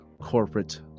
Corporate